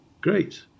Great